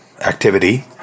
activity